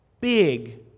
Big